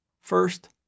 First